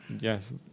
Yes